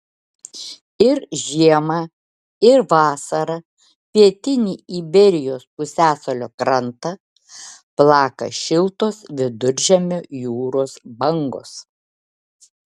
ir žiemą ir vasarą pietinį iberijos pusiasalio krantą plaka šiltos viduržemio jūros bangos